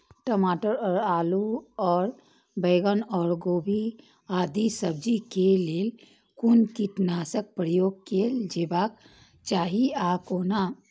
टमाटर और आलू और बैंगन और गोभी आदि सब्जी केय लेल कुन कीटनाशक प्रयोग कैल जेबाक चाहि आ कोना?